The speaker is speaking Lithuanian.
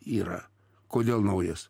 yra kodėl naujas